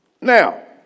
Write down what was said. Now